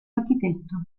architetto